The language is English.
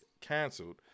canceled